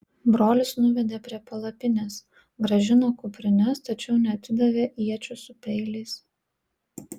brolius nuvedė prie palapinės grąžino kuprines tačiau neatidavė iečių su peiliais